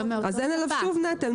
אין עליו שום נטל.